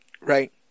Right